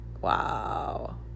wow